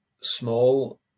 small